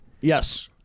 Yes